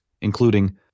including